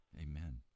Amen